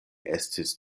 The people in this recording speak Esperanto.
estis